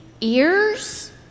ears